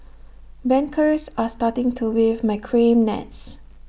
bankers are starting to weave macrame nets